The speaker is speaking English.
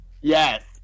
Yes